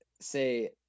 say